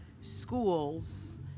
schools